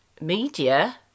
media